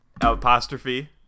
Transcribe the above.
apostrophe